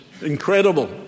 incredible